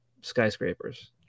skyscrapers